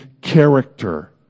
character